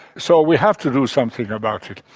so we have to do something about it.